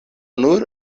nur